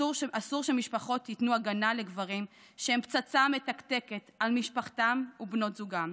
אסור שמשפחות ייתנו הגנה לגברים שהם פצצה מתקתקת על משפחתם ובנות זוגם,